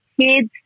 kids